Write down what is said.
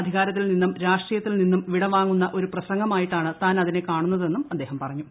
അധികാരത്തിൽ നിന്നും രാഷ്ട്രീയത്തിൽ നിന്നും വിടവാങ്ങുന്ന ഒരു പ്രസംഗമായിട്ടാണ് താൻ അത്മിനെ കാണുന്നതെന്നും അദ്ദേഹം പറഞ്ഞു